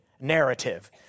narrative